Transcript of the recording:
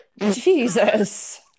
jesus